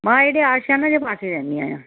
मां हेॾे आशियाने जे पासे रहंदी आहियां